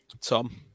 Tom